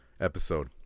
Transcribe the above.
episode